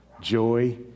joy